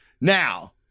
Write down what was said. Now